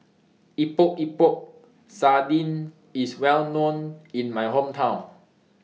Epok Epok Sardin IS Well known in My Hometown